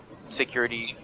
security